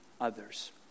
others